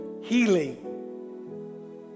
Healing